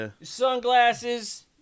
sunglasses